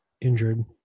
injured